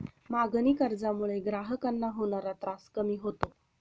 मागणी कर्जामुळे ग्राहकांना होणारा त्रास कमी होतो